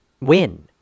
Win